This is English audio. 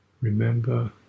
remember